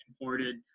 imported